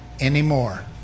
anymore